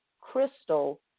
Crystal